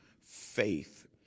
faith